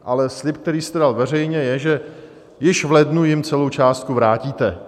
Ale slib, který jste dal veřejně, je, že již v lednu jim celou částku vrátíte.